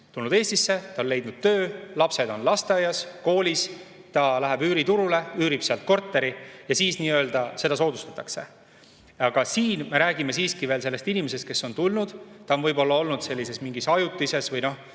tulnud Eestisse, ta on leidnud töö, lapsed on lasteaias või koolis, ta läheb üüriturule, üürib sealt korteri ja siis seda soodustatakse. Aga siin me räägime siiski sellest inimesest, kes on siia tulnud, on võib-olla olnud mingis ajutises,